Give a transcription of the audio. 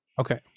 okay